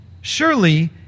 Surely